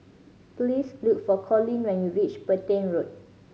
please look for Collins when you reach Petain Road